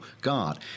god